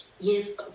Yes